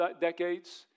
decades